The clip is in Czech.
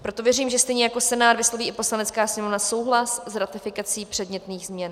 Proto věřím, že stejně jako Senát vysloví i Poslanecká sněmovna souhlas s ratifikací předmětných změn.